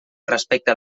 respecte